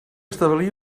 establí